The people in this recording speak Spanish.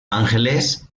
angeles